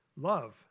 Love